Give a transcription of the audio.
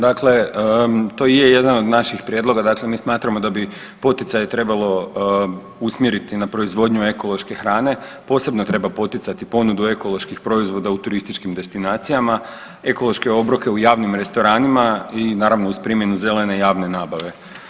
Dakle, to i je jedan od naših prijedloga, dakle mi smatramo da bi poticaje trebalo usmjeriti na proizvodnju ekološke hrane, posebno treba poticati ponudu ekoloških proizvoda u turističkim destinacijama, ekološke obroke u javnim restoranima i naravno uz primjenu zelene javne nabave.